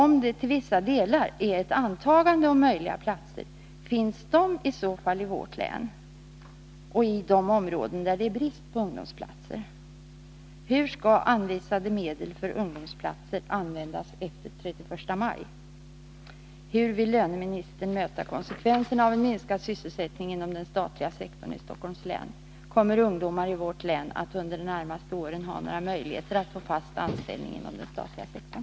Om det till vissa delar gäller ett antagande om möjliga platser, finns de platserna i så fall i vårt län och i de områden där det är brist på ungdomsplatser? 5. Hur vill löneministern möta konsekvenserna av en minskad sysselsättning inom den statliga sektorn i Stockholms län? Kommer ungdomar i vårt län att under de närmaste åren ha några möjligheter att få fast anställning inom den statliga sektorn?